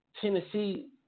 Tennessee